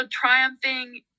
triumphing